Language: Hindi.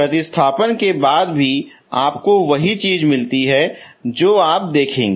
प्रतिस्थापन के बाद भी आपको वही चीज मिलती है जो आप देखेंगे